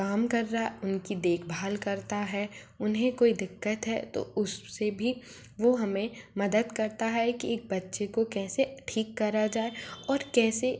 काम कर रहा उनकी देखभाल करता है उन्हें कोई दिक्कत है तो उससे भी वो हमें मदद करता है कि एक बच्चे को कैसे ठीक करा जाए और कैसे